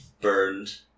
burned